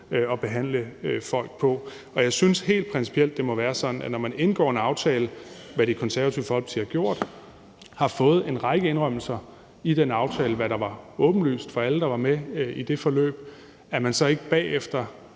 at behandle folk på. Jeg synes helt principielt, det må være sådan, at når man indgår en aftale, hvad Det Konservative Folkeparti har gjort, og har fået en række indrømmelser i den aftale, hvad der var åbenlyst for alle, der var med i det forløb, så kan man ikke bagefter